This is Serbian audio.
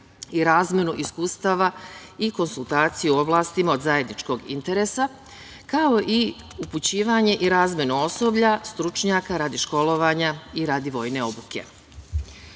i razmenu iskustava i konsultacije u oblasti od zajedničkog interesa, kao i upućivanje i razmenu osoblja, stručnjaka radi školovanja i radi vojne